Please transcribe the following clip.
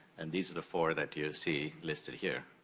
and these are the four that you'll see listed here.